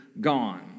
gone